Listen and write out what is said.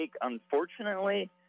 Unfortunately